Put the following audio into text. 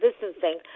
distancing